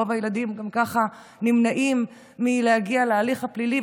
רוב הילדים גם כך נמנעים מלהגיע להליך הפלילי,